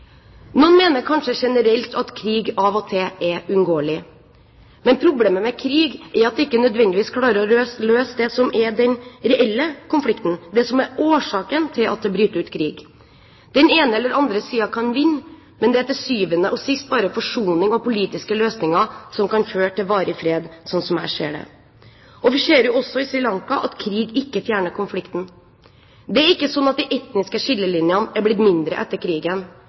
Noen mener kanskje generelt at krig av og til er uunngåelig. Men problemet med krig er at det ikke nødvendigvis klarer å løse den reelle konflikten, det som er årsaken til at det bryter ut krig. Den ene eller andre siden kan vinne, men det er til syvende og sist bare forsoning og politiske løsninger som kan føre til varig fred, slik jeg ser det. Vi ser også i Sri Lanka at krig ikke fjerner konflikten. Det er ikke sånn at de etniske skillelinjene er blitt mindre etter krigen.